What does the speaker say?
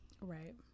Right